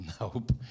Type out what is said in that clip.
nope